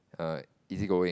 err easy going